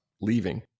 leaving